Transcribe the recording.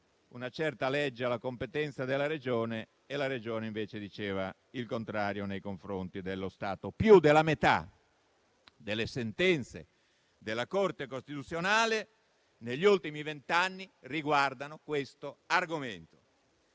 apparteneva alla competenza della Regione, mentre la Regione sosteneva il contrario nei confronti dello Stato. Più di metà delle sentenze della Corte costituzionale degli ultimi vent'anni riguardano questo argomento